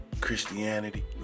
Christianity